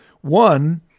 One